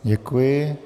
Děkuji.